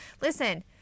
Listen